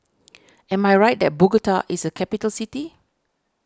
am I right that Bogota is a capital city